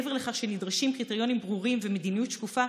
מעבר לכך שנדרשים קריטריונים ברורים ומדיניות שקופה,